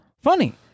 funny